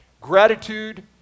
Gratitude